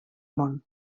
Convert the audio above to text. món